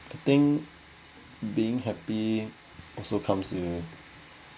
the thing being happy also comes in